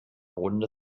runde